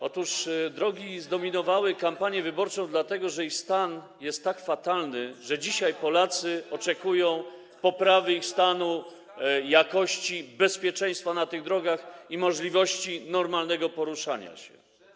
Otóż drogi zdominowały kampanię wyborczą dlatego, że ich stan jest tak fatalny, że dzisiaj Polacy oczekują poprawy ich stanu i jakości, bezpieczeństwa na drogach i możliwości normalnego poruszania się.